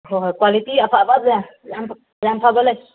ꯍꯣꯏ ꯍꯣꯏ ꯀ꯭ꯋꯥꯂꯤꯇꯤ ꯑꯐꯕꯁꯦ ꯌꯥꯝ ꯐꯕ ꯂꯩ